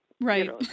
Right